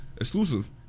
exclusive